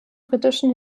britischen